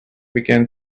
began